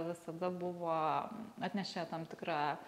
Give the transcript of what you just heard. visada buvo atnešė tam tikrą